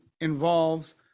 involves